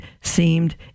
seemed